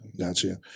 Gotcha